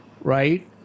right